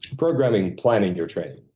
programming. planning your training.